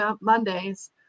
mondays